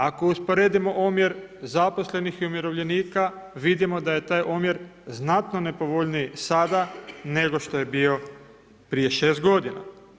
Ako usporedimo omjer zaposlenih i umirovljenika vidimo da je taj omjer znatno nepovoljniji sada nego što je bio prije 6 godina.